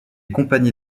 compagnies